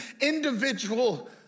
individual